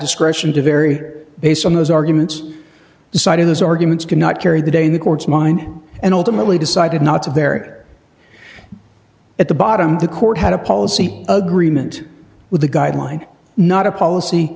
discretion to vary based on those arguments decided those arguments could not carry the day in the courts mind and ultimately decided not to there at the bottom the court had a policy agreement with the guideline not a policy